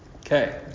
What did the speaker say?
Okay